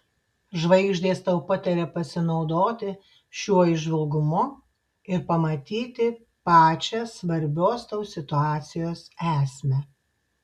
žvaigždės tau pataria pasinaudoti šiuo įžvalgumu ir pamatyti pačią svarbios tau situacijos esmę